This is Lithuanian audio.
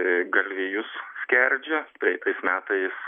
galvijus skerdžia praeitais metais